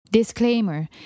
Disclaimer